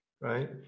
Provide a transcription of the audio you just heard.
right